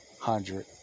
hundred